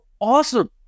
awesome